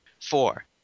Four